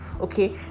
Okay